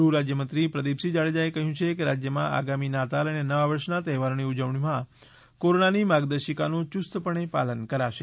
ગૃહ રાજયમંત્રી પ્રદીપસિંહ જાડેજાએ કહ્યુ છે કે રાજયમાં આગામી નાતાલ અને નવા વર્ષના તહેવારોની ઉજવણીમાં કોરોનાની માર્ગદર્શિકાનું યુસ્તપણે પાલન કરાશે